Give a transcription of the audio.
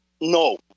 No